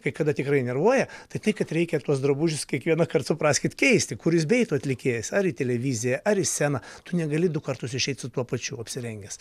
kai kada tikrai nervuoja tai tai kad reikia tuos drabužius kiekvienąkart supraskit keisti kur jis beeitų atlikėjas ar į televiziją ar į sceną tu negali du kartus išeit su tuo pačiu apsirengęs